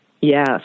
Yes